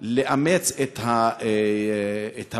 לאמץ את הבגרות